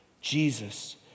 Jesus